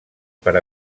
per